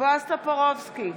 בועז טופורובסקי,